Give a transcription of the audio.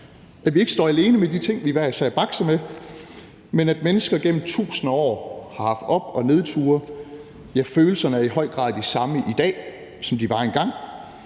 at vi ikke står alene med de ting, vi hver især bakser med, men at mennesker gennem tusinder af år har haft op og nedture, ja, følelserne er i høj grad de samme i dag, som de var engang.